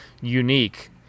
unique